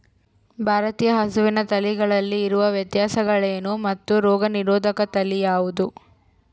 ಭಾರತೇಯ ಹಸುವಿನ ತಳಿಗಳಲ್ಲಿ ಇರುವ ವ್ಯತ್ಯಾಸಗಳೇನು ಮತ್ತು ರೋಗನಿರೋಧಕ ತಳಿ ಯಾವುದು?